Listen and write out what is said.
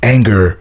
Anger